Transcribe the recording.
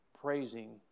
praising